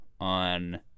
on